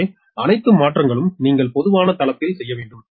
எனவே அனைத்து மாற்றங்களும் நீங்கள் பொதுவான தளத்தில் செய்ய வேண்டும்